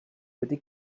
wedi